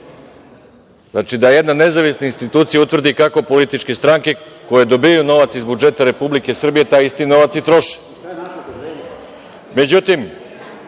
DRI.Znači, da jedna nezavisna institucija utvrdi kako političke stranke koje dobijaju novac iz budžeta Republike Srbije taj isti novac i troše. Međutim,